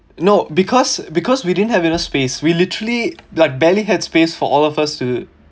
no because because we didn't have enough space we literally like barely had space for all of us to